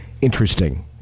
interesting